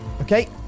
Okay